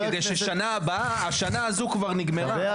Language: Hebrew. השנה הזו כבר נגמרה,